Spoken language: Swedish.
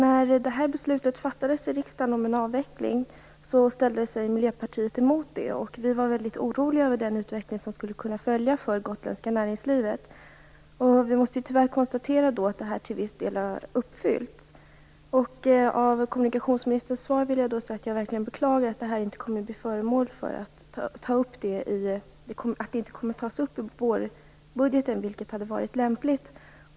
Fru talman! När beslutet om en avveckling fattades i riksdagen vände sig Miljöpartiet emot det. Vi var väldigt oroliga över den utveckling som skulle kunna bli följden för det gotländska näringslivet. Vi måste tyvärr konstatera att det till en viss del fanns fog för oron. Med anledning av kommunikationsministerns svar vill jag säga att jag verkligen beklagar att man inte kommer att ta upp detta i vårbudgeten. Det hade varit lämpligt.